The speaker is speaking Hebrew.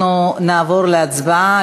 אנחנו נעבור להצבעה.